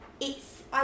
It's